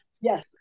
Yes